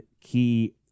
key